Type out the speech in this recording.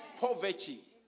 poverty